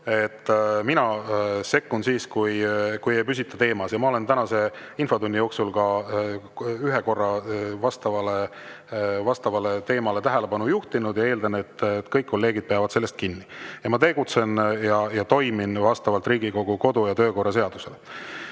Mina sekkun siis, kui ei püsita teemas. Ma olen tänase infotunni jooksul ühe korra vastavale teemale tähelepanu juhtinud ja eeldan, et kõik kolleegid peavad sellest kinni. Ma tegutsen ja toimin vastavalt Riigikogu kodu‑ ja töökorra seadusele.